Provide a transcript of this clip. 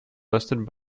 listed